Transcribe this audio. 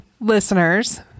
listeners